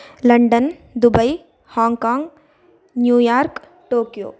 London Dubai Hong Kong New York Tokyo